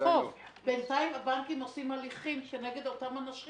בינתיים הבנקים עושים הליכים כנגד אותם אנשים